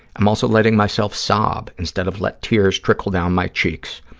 i'm also letting myself sob instead of let tears trickle down my cheeks.